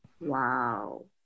wow